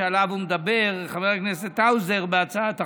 שעליו מדבר חבר הכנסת האוזר בהצעת החוק.